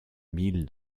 mille